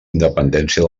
independència